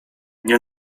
nie